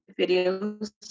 videos